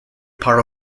part